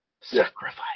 Sacrifice